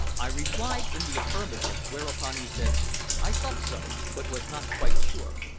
i replied in the affirmative, whereupon he said i thought so, but was not quite sure.